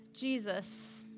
Jesus